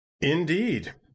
Indeed